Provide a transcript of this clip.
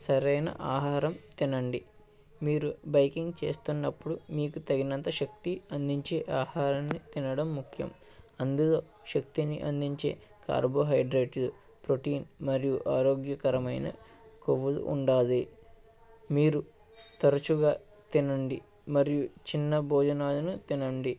సరైన ఆహారం తినండి మీరు బైకింగ్ చేస్తున్నప్పుడు మీకు తగినంత శక్తి అందించే ఆహారాన్ని తినడం ముఖ్యం అందులో శక్తిని అందించే కార్బోహైడ్రేట్ ప్రోటీన్ మరియు ఆరోగ్యకరమైన క్రొవ్వులు ఉండాలి మీరు తరచుగా తినండి మరియు చిన్న భోజనాలను తినండి